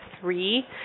three